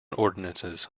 ordinances